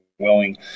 willing